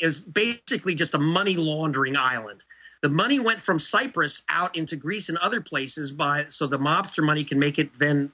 is basically just a money laundering island the money went from cyprus out into greece and other places by so the mobster money can make it then